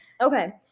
Okay